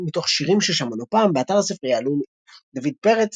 מתוך "שירים ששמענו פעם" באתר הספרייה הלאומית דויד פרץ,